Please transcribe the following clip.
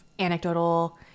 anecdotal